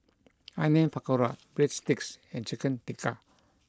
Onion Pakora Breadsticks and Chicken Tikka